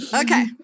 Okay